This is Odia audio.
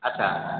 ଆଚ୍ଛା